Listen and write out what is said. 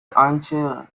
آنچه